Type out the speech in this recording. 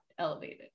elevated